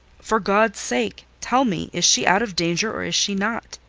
for god's sake tell me, is she out of danger, or is she not?